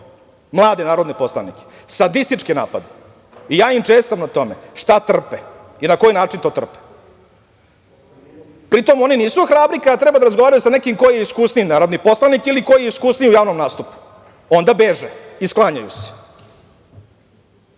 mlade narodne poslanike, sadističke napade i ja im čestitam na tome šta trpe i na koji način to trpe. Pritom, oni nisu hrabri kada treba da razgovaraju sa nekim ko je iskusniji narodni poslanik ili koji je iskusniji u javnom nastupu. Onda beže i sklanjaju se.